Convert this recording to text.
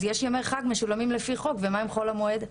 אז יש ימי חג שמשולמים לפי חוק ומה עם הימים של חול המועד?